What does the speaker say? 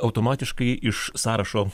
automatiškai iš sąrašo